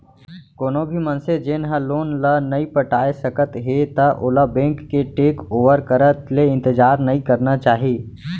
कोनो भी मनसे जेन ह लोन ल नइ पटाए सकत हे त ओला बेंक के टेक ओवर करत ले इंतजार नइ करना चाही